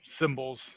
symbols